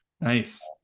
Nice